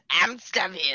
Amsterdam